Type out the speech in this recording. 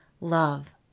love